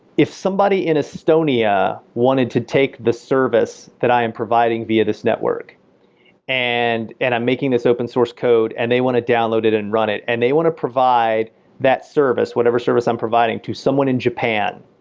if somebody in estonia wanted to take the service that i am providing via this network and and i'm making this open source code and they want to download it and run it and they want to provide that service, whatever service i'm providing to someone in japan,